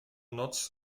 noc